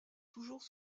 toujours